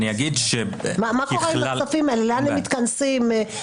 מה קורה עם הכספים האלה, לאן הם מתכנסים?